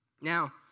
Now